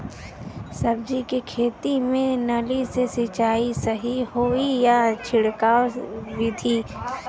सब्जी के खेती में नाली से सिचाई सही होई या छिड़काव बिधि से?